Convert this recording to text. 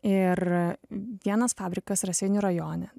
ir vienas fabrikas raseinių rajone